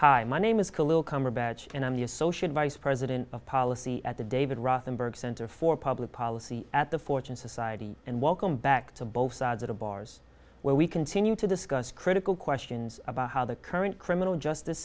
the associate vice president of policy at the david rothenberg center for public policy at the fortune society and welcome back to both sides of the bars where we continue to discuss critical questions about how the current criminal justice